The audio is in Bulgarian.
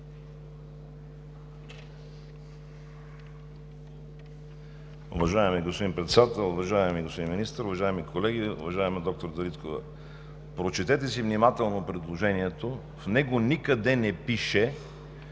В него никъде не пише,